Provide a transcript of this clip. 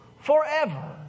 forever